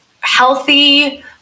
healthy